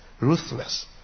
Ruthless